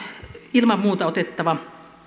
ilman muuta otettava